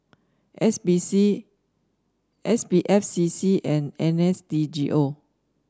S B C S B F C C and N S D G O